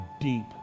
deep